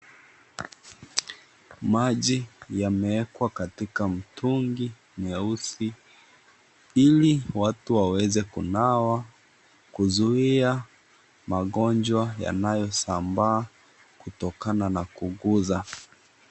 Maji yameekwa katika mtungi nyeusi ili watu waweze kunawa, kuzuia magonjwa yanayosambaa kutokana na kuguza.